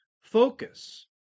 focus